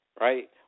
right